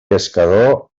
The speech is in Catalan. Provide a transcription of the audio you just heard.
pescador